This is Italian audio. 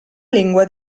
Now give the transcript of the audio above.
lingua